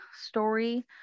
story